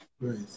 right